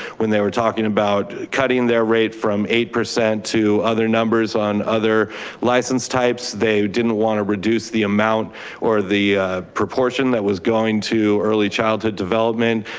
when they were talking about cutting their rate from eight percent to other numbers on other license types. they didn't wanna reduce the amount or the proportion that was going to early childhood development.